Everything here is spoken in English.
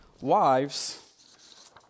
wives